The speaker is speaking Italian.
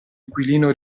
inquilino